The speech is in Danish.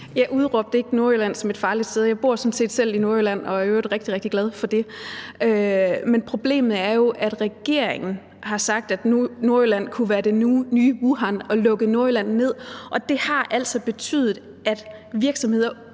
Jeg udråbte ikke Nordjylland som et farligt sted. Jeg bor sådan set selv i Nordjylland og er i øvrigt rigtig, rigtig glad for det. Men problemet er jo, at regeringen har sagt, at Nordjylland kunne være det nye Wuhan, og lukket Nordjylland ned, og det har altså betydet, at virksomheder